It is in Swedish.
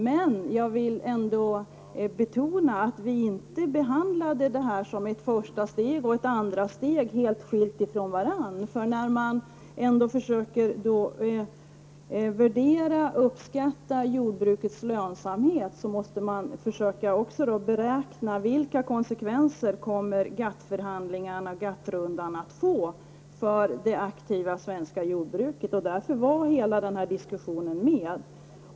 Men jag vill ändå betona att vi inte behandlade det här som ett första och ett andra steg, helt skilda från varandra. När man försöker uppskatta jordbrukets lönsamhet måste man också försöka beräkna vilka konsekvenser som GATT-förhandlingarna och GATT-rundan kommer att få för det aktiva svenska jordbruket, och därför var hela den diskussionen med.